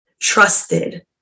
trusted